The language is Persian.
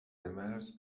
مزر